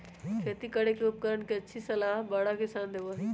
खेती करे के उपकरण के अच्छी सलाह बड़ा किसान देबा हई